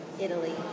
Italy